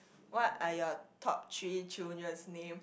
what are your top three children's name